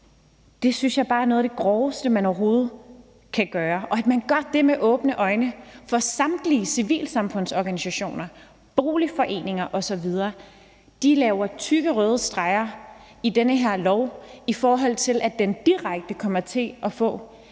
Det synes jeg bare er noget af det groveste, man overhovedet kan gøre, og også at man gør det med åbne øjne, mens samtlige civilsamfundsorganisationer, boligforeninger osv. laver tykke røde streger i forhold til den her lov, i forhold til at den direkte kommer til at få